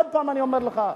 עוד פעם אני אומר לך,